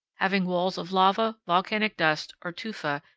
having walls of lava, volcanic dust, or tufa,